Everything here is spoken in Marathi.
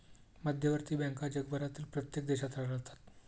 मध्यवर्ती बँका जगभरातील प्रत्येक देशात आढळतात